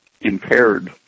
impaired